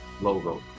logo